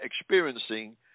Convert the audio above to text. experiencing